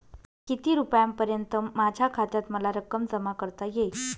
किती रुपयांपर्यंत माझ्या खात्यात मला रक्कम जमा करता येईल?